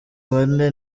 bane